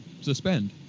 suspend